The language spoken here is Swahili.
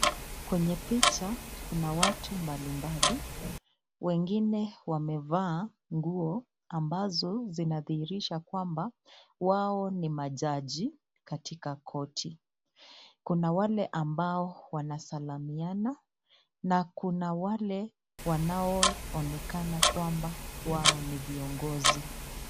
Kwenye picha kuna watu mbali mbali wengine wamevaa nguo ambazo zinadhihirisha kwamba, wao ni majaji katika koti. Kuna wale ambao wanasalimiana na kuna wale wanao onekana kwamba wao ni viongozi.